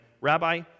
Rabbi